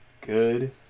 good